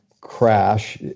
crash